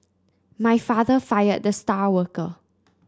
my father fired the star worker